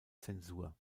zensur